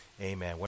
amen